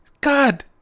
God